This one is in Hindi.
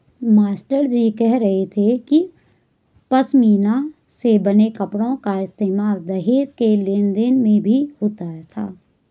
मास्टरजी कह रहे थे कि पशमीना से बने कपड़ों का इस्तेमाल दहेज के लेन देन में भी होता था